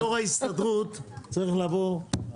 יו"ר ההסתדרות צריך לבוא,